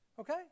okay